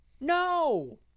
No